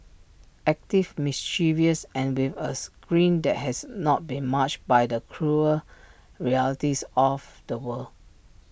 active mischievous and with us grin that has not been marge by the cruel realities of the world